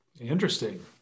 Interesting